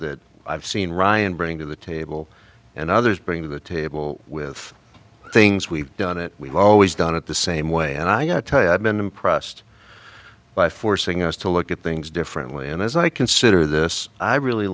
that i've seen ryan bring to the table and others bring to the table with things we've done it we've always done it the same way and i got tired been impressed by forcing us to look at things differently and as i consider this i really